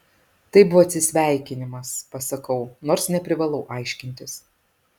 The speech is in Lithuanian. tai buvo atsisveikinimas pasakau nors neprivalau aiškintis